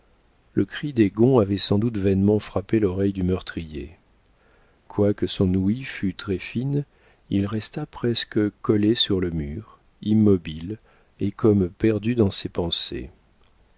le cri des gonds avait sans doute vainement frappé l'oreille du meurtrier quoique son ouïe fût très fine il resta presque collé sur le mur immobile et comme perdu dans ses pensées